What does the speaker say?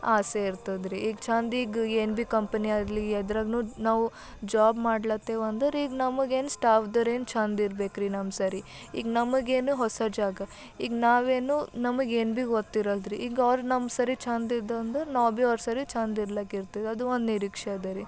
ಆಸೆ ಇರ್ತದ ರೀ ಈಗ ಛಂದೀಗ ಏನು ಬಿ ಕಂಪನಿಯಲ್ಲಿ ಎದ್ರಗು ನಾವು ಜಾಬ್ ಮಾಡ್ಲತ್ತೇವಂದ್ರೆ ಈಗ ನಮಗೇನು ಸ್ಟಾವ್ದರೇನು ಛಂದ್ ಇರ್ಬೇಕು ರೀ ನಮ್ಮ ಸರಿ ಈಗ ನಮಗೇನು ಹೊಸ ಜಾಗ ಈಗ ನಾವೇನು ನಮಗೆ ಏನು ಬಿ ಗೊತ್ತಿರಲ್ದು ರೀ ಈಗ ಅವರು ನಮ್ಮ ಸರಿ ಛಂದಿದ್ದೊ ಅಂದ್ರೆ ನಾವು ಬಿ ಅವ್ರ ಸರಿ ಛಂದ್ ಇರ್ಲಕಿರ್ತ ಅದು ಒಂದು ನಿರೀಕ್ಷೆ ಅದ ರೀ